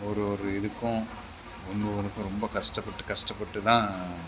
ஒரு ஒரு இதுக்கும் ஒன்று ஒன்றுக்கும் ரொம்ப கஷ்டப்பட்டு கஷ்டப்பட்டு தான்